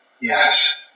Yes